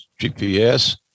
GPS